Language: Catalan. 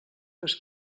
les